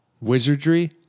Wizardry